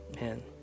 man